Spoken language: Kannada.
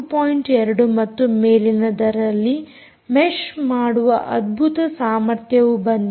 2 ಮತ್ತು ಮೇಲಿನದರಲ್ಲಿ ಮೆಷ್ಮಾಡುವ ಅದ್ಭುತ ಸಾಮರ್ಥ್ಯವು ಬಂದಿದೆ